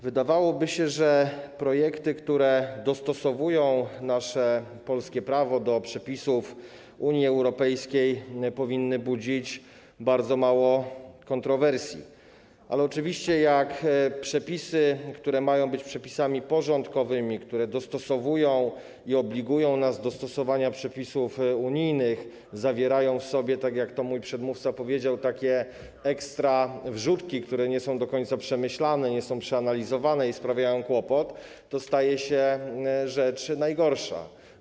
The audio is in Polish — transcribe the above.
Wydawałoby się, że projekty dostosowujące nasze polskie prawo do przepisów Unii Europejskiej powinny budzić bardzo mało kontrowersji, ale oczywiście jeśli przepisy, które mają być przepisami porządkowymi, które obligują nas do stosowania przepisów unijnych, zawierają w sobie - jak powiedział mój przedmówca - takie ekstrawrzutki, które nie są do końca przemyślane, nie są przeanalizowane i sprawiają kłopot, to staje się rzecz najgorsza.